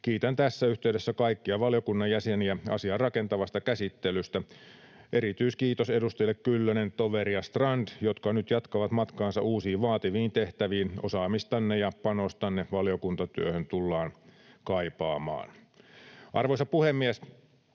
Kiitän tässä yhteydessä kaikkia valiokunnan jäseniä asian rakentavasta käsittelystä. Erityiskiitos edustajille Kyllönen, Toveri ja Strand, jotka nyt jatkavat matkaansa uusiin vaativiin tehtäviin. Osaamistanne ja panostanne valiokuntatyöhön tullaan kaipaamaan. Arvoisa puhemies!